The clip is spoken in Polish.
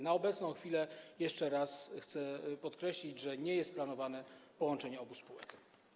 Na obecną chwilę, jeszcze raz chcę podkreślić, nie jest planowane połączenie obu spółek.